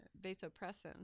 vasopressin